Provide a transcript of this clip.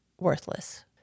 worthless